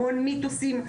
המון מיתוסים,